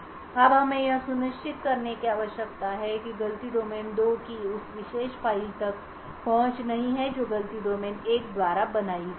अब हमें यह सुनिश्चित करने की आवश्यकता है कि गलती डोमेन 2 की उस विशेष फ़ाइल तक पहुंच नहीं है जो गलती डोमेन 1 द्वारा बनाई गई है